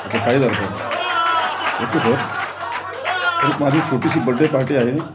अच्छा Sai Darbar okay sir sir एक माझी छोटीशी बड्डे पार्टी आहे